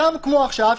כמו עכשיו,